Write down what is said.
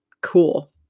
cool